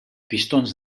pistons